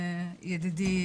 ידידי,